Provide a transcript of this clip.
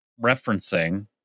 referencing